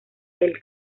del